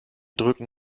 drücken